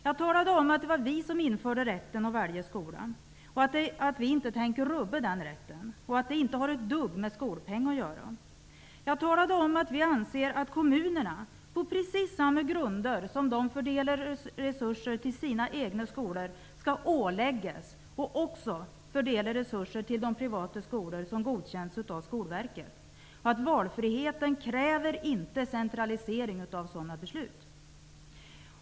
Jag talade om att det var vi som införde rätten att välja skola, att vi inte tänker rubba den rätten och att den inte har ett dugg med skolpeng att göra. Jag talade om att vi anser att kommunerna, på precis samma grunder som de fördelar resurser till sina egna skolor, skall åläggas att också fördela resurser till de privata skolor som godkänts av Skolverket och att valfriheten inte kräver centralisering av sådana beslut.